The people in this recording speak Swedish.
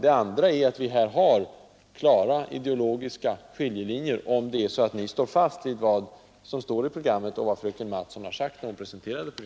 En annan sak är att det här föreligger klara ideologiska skiljelinjer, om ni håller fast vid vad som står i programmet och vid vad fröken Mattson sade när hon presenterade det.